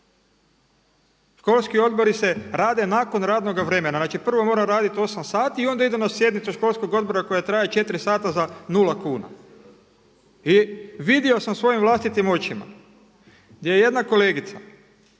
Školski odbori se radi nakon radnoga vremena. Znači prvo moraju raditi 8 sati i onda idu na sjednicu školskog odbora koja traje 4 sta za nula kuna. I vidio sam svojim vlastitim očima gdje je jedna kolegica